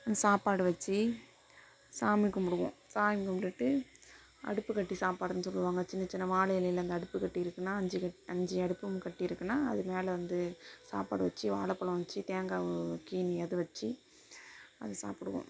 இந்த சாப்பாடு வச்சு சாமி கும்பிடுவோம் சாமி கும்புட்டுட்டு அடுப்பு கட்டி சாப்பாடுன்னு சொல்லுவாங்கள் சின்ன சின்ன வாழை இலையில் இந்த அடுப்பு கட்டி இருக்குதுன்னா அஞ்சு க அஞ்சு அடுப்பு கட்டி இருக்குதுன்னா அது மேலே வந்து சாப்பாடு வச்சு வாழைப்பழம் வச்சு தேங்காய் கீறி அது வச்சு அதை சாப்பிடுவோம்